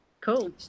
Cool